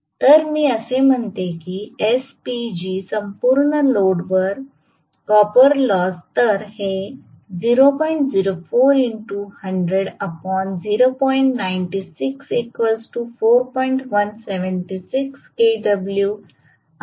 तर मी असे म्हणते की संपूर्ण लोडवर रोटर कॉपर लॉस तर हे आहे